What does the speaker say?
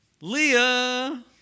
Leah